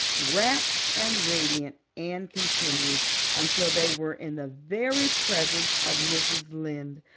rapt and radiant anne continued until they were in the very presence of mrs. lynde,